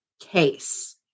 case